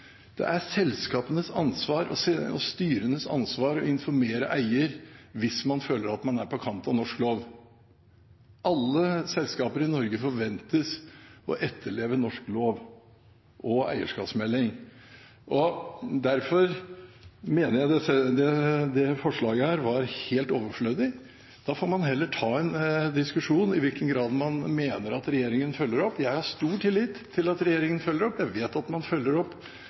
Det er selskapenes ansvar og styrenes ansvar å informere eier hvis man føler at man er på kant med norsk lov. Alle selskaper i Norge forventes å etterleve norsk lov og eierskapsmelding. Derfor mener jeg dette forslaget er helt overflødig. Da får man heller ta en diskusjon om i hvilken grad man mener at regjeringen følger opp. Jeg har stor tillit til at regjeringen følger opp. Jeg vet at man følger opp